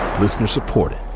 Listener-supported